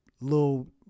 little